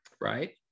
right